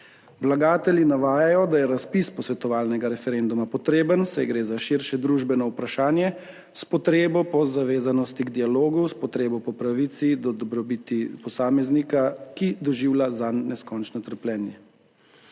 Vlagatelji navajajo, da je razpis posvetovalnega referenduma potreben, saj gre za širše družbeno vprašanje, s potrebo po zavezanosti k dialogu, s potrebo po pravici do dobrobiti posameznika, ki doživlja zanj neskončno trpljenje.